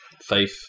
faith